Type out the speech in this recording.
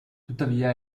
tuttavia